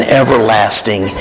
everlasting